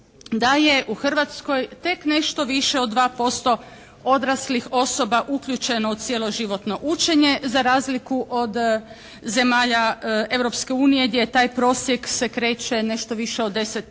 da je u Hrvatskoj tek nešto više od 2% odraslih osoba uključeno u cijelo životno učenje za razliku od zemalja Europske unije gdje je taj prosjek se kreće nešto više od 10%.